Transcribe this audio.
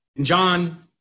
John